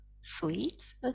sweets